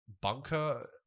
bunker